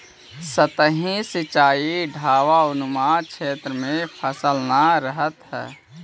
सतही सिंचाई ढवाऊनुमा क्षेत्र में सफल न रहऽ हइ